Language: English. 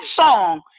song